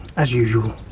as usual.